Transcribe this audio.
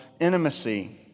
intimacy